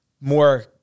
more